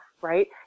Right